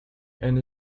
and